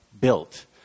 built